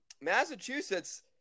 Massachusetts